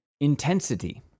Intensity